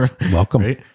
Welcome